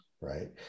Right